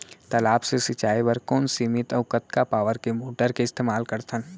तालाब से सिंचाई बर कोन सीमित अऊ कतका पावर के मोटर के इस्तेमाल करथन?